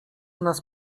nas